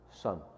son